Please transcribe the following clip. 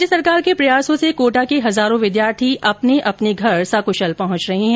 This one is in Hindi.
राज्य सरकार के प्रयासों से कोटा के हजारों विद्यार्थी अपने अपने घर सकुशल पहुंच रहे हैं